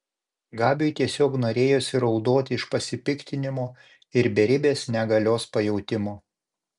gabiui tiesiog norėjosi raudoti iš pasipiktinimo ir beribės negalios pajautimo